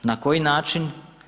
Na koji način?